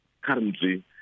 currently